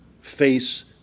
face